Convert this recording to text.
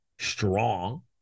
strong